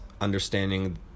understanding